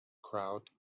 crowd